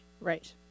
Right